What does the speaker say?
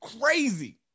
crazy